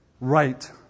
right